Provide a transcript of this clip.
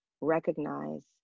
recognize